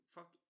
Fuck